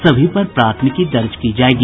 सभी पर प्राथमिकी दर्ज की जायेगी